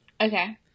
Okay